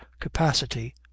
capacity